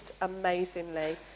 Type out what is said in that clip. amazingly